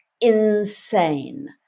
insane